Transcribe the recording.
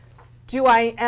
do i,